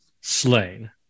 slain